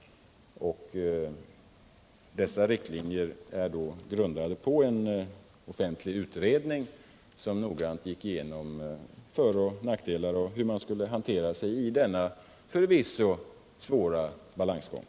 Dessa riktlinjer är grundade på en offentlig utredning som noggrant gick igenom föroch nackdelar och hur man skulle klara denna förvisso svåra balansgång.